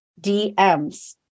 DMs